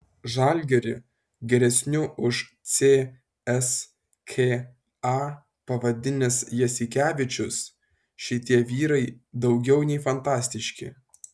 žalgirį geresniu už cska pavadinęs jasikevičius šitie vyrai daugiau nei fantastiški